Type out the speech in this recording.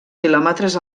quilòmetres